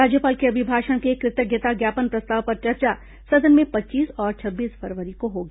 राज्यपाल के अभिभाषण के कृतज्ञता ज्ञापन प्रस्ताव पर चर्चा सदन में पच्चीस और छब्बीस फरवरी को होगी